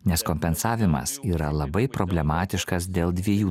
nes kompensavimas yra labai problematiškas dėl dviejų